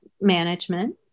management